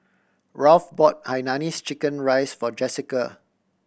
Ralph bought hainanese chicken rice for Jessica